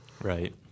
Right